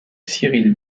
cyril